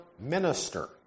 minister